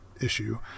issue